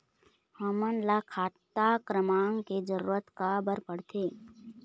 हमन ला खाता क्रमांक के जरूरत का बर पड़थे?